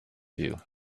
you